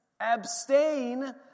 abstain